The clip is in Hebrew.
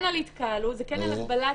לגבי הגבלת